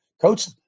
coach